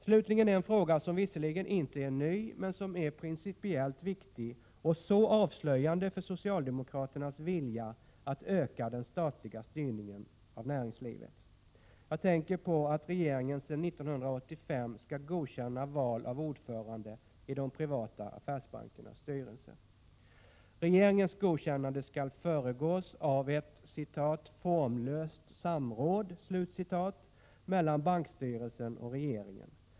Slutligen en fråga som visserligen inte är ny men som är principiellt viktig och avslöjande för socialdemokraternas vilja att öka den statliga styrningen av näringslivet. Jag tänker på det faktum att regeringen sedan 1985 skall godkänna val av ordförande i de privata affärbankernas styrelser. Regeringens godkännande skall föregås av ett ”formlöst samråd” mellan bankstyrelsen och regeringen.